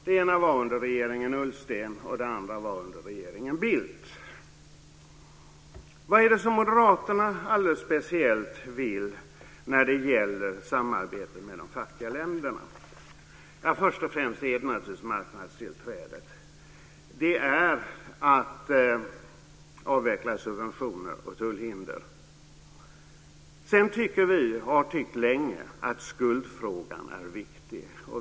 Det ena var under regeringen Ullsten, och det andra var under regeringen Vad är det som Moderaterna alldeles speciellt vill när det gäller samarbetet med de fattiga länderna? Ja, först och främst är det naturligtvis marknadstillträdet, att avveckla subventioner och tullhinder. Sedan tycker vi, och har tyckt länge, att skuldfrågan är viktig.